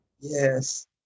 Yes